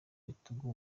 bitugu